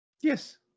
yes